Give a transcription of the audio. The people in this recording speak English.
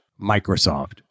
Microsoft